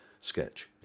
sketch